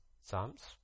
Psalms